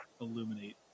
illuminate